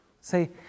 Say